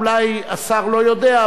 אולי השר לא יודע,